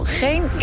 geen